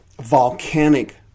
volcanic